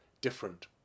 different